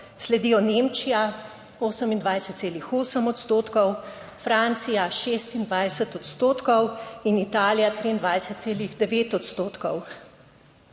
sledijo Nemčija 28,8 odstotkov, Francija 26 odstotkov in Italija 23,9 odstotkov.